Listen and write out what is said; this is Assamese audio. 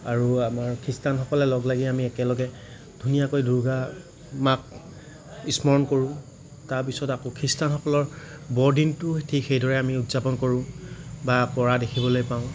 আৰু আমাৰ খ্ৰীষ্টানসকলে লগ লাগি আমি একেলগে ধুনীয়াকৈ দূৰ্গা মাক স্মৰণ কৰোঁ তাৰ পিছত আকৌ খ্ৰীষ্টানসকলৰ বৰদিনটো ঠিক সেইদৰে আমি উদযাপন কৰোঁ বা কৰা দেখিবলৈ পাওঁ